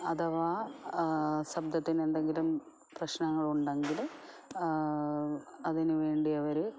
അഥവാ ശബ്ദത്തിനെന്തെങ്കിലും പ്രശ്നങ്ങളുണ്ടെങ്കിൽ അതിനു വേണ്ടിയവർ